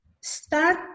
start